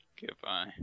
Goodbye